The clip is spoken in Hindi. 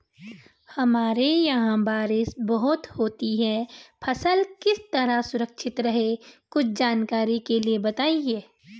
हमारे यहाँ बारिश बहुत होती है फसल किस तरह सुरक्षित रहे कुछ जानकारी के लिए बताएँ?